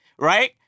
Right